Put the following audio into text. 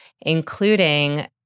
including